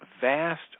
vast